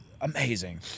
amazing